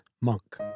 Monk